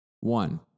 One